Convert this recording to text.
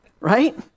right